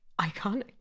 iconic